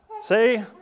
Say